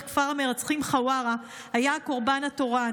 כפר המרצחים חווארה היה הקורבן התורן.